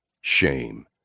Shame